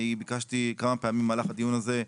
אני ביקשתי כמה פעמים במהלך הדיון הזה.